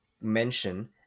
mention